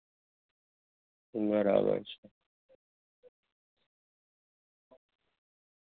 બરાબર છે